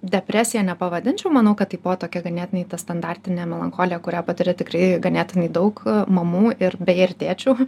depresija nepavadinčiau manau kad tai buvo tokia ganėtinai ta standartinė melancholija kurią patiria tikrai ganėtinai daug mamų ir beje ir tėčių